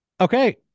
Okay